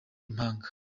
impanga